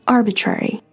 Arbitrary